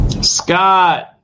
Scott